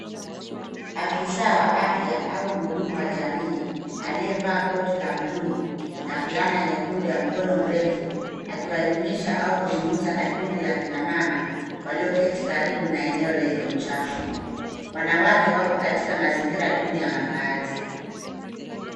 Afisa wa afya, au mhudumu wa jamii, aliyevaa koti la blue , na fulana nyekundu yenye mkono mrefu, akiwaelimisha au kuzungumza na kundi kina mama, walioketi karibu na eneo lenye uchafu. Wanawake wako katika mazingira duni ya makazi.